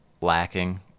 lacking